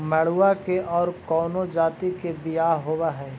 मडूया के और कौनो जाति के बियाह होव हैं?